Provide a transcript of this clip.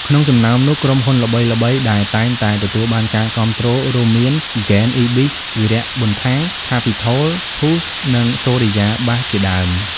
ក្នុងចំណោមនោះ ក្រុមហ៊ុនល្បីៗដែលតែងតែទទួលបានការគាំទ្ររួមមានហ្គេន អុីប៊ីស វីរៈ ប៊ុនថាំ ខាភីថូល ធូស៍ និងសូរិយា បាស៍ជាដើម។